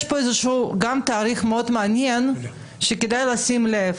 יש פה גם איזשהו תאריך מאוד מעניין שכדאי לשים לב.